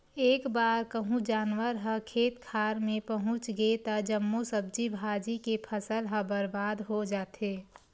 एक बार कहूँ जानवर ह खेत खार मे पहुच गे त जम्मो सब्जी भाजी के फसल ह बरबाद हो जाथे